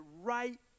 right